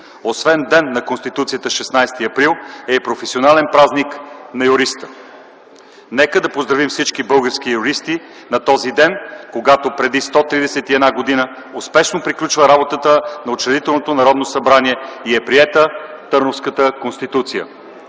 Освен Ден на Конституцията, 16 април е и професионален празник на юриста. Нека да поздравим всички български юристи на този ден, когато преди 131 година успешно приключва работата на Учредителното Народно събрание и е приета Търновската конституция.